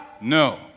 No